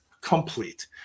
complete